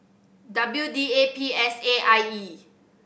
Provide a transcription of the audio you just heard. W D A P S A and I E